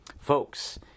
Folks